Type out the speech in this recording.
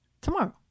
tomorrow